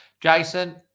Jason